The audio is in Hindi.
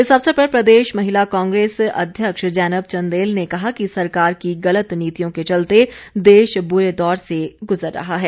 इस अवसर पर प्रदेश महिला कांग्रेस अध्यक्ष जैनब चंदेल ने कहा कि सरकार की गलत नीतियों के चलते देश बुरे दौर से गुजर रहा है